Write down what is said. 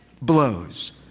blows